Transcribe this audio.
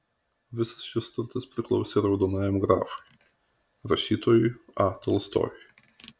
visas šis turtas priklausė raudonajam grafui rašytojui a tolstojui